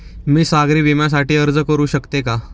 मी सागरी विम्यासाठी अर्ज करू शकते का?